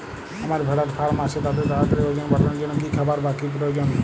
আমার ভেড়ার ফার্ম আছে তাদের তাড়াতাড়ি ওজন বাড়ানোর জন্য কী খাবার বা কী প্রয়োজন?